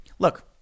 look